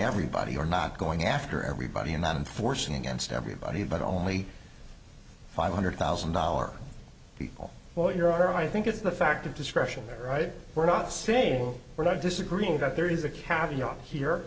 everybody or not going after everybody and i'm forcing against everybody but only five hundred thousand dollars people well you're i think it's the fact of discretion that right we're not saying we're not disagreeing that there is a caviar here